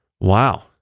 wow